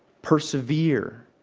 persevere.